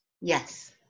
yes